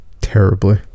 terribly